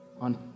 on